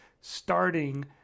starting